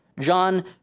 John